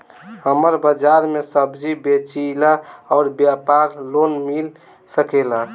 हमर बाजार मे सब्जी बेचिला और व्यापार लोन मिल सकेला?